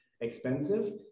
expensive